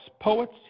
poets